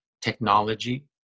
technology